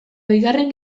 bigarren